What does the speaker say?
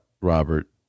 Robert